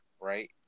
right